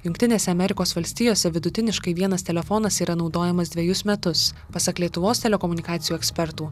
jungtinėse amerikos valstijose vidutiniškai vienas telefonas yra naudojamas dvejus metus pasak lietuvos telekomunikacijų ekspertų